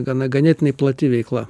gana ganėtinai plati veikla